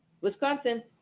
Wisconsin